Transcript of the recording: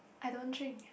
I don't drink